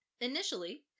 Initially